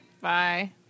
Bye